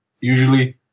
usually